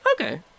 Okay